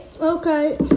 Okay